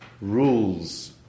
rules